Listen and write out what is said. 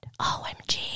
OMG